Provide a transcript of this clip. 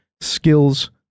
skills